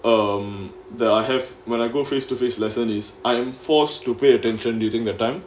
um that I have when I go face to face lesson is I'm forced to pay attention during that time